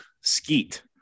Skeet